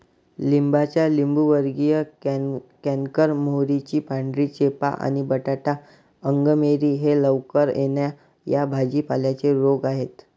लिंबाचा लिंबूवर्गीय कॅन्कर, मोहरीची पांढरी चेपा आणि बटाटा अंगमेरी हे लवकर येणा या भाजी पाल्यांचे रोग आहेत